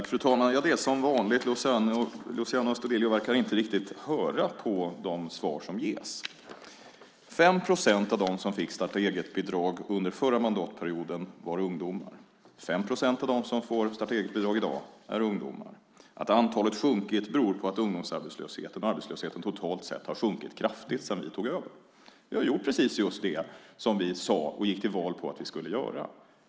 Fru talman! Det är som vanligt. Luciano Astudillo verkar inte riktigt höra på de svar som ges. 5 procent av dem som fick starta-eget-bidrag under förra mandatperioden var ungdomar. 5 procent av dem som får starta-eget-bidrag i dag är ungdomar. Att antalet har sjunkit beror på att ungdomsarbetslösheten och arbetslösheten totalt sett har sjunkit kraftigt sedan vi tog över. Vi har gjort precis det som vi gick till val på att vi skulle göra.